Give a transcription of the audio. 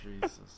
jesus